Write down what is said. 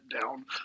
down